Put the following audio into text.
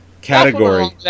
Category